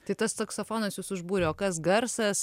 tai tas saksofonas jus užbūrė o kas garsas